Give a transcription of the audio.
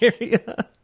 area